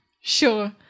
Sure